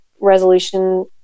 resolution